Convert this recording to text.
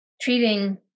treating